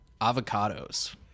avocados